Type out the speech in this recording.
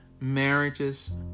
marriages